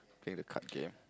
playing the card game